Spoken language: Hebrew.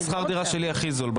שכר הדירה שלי הוא הכי זול.